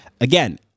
again